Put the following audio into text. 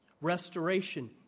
restoration